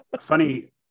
Funny